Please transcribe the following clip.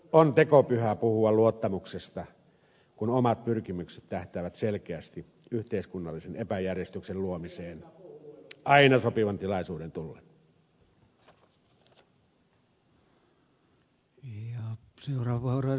on tekopyhää puhua luottamuksesta kun omat pyrkimykset tähtäävät selkeästi yhteiskunnallisen epäjärjestyksen luomiseen aina sopivan tilaisuuden tullen